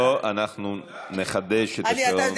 אנחנו נחדש את השעון.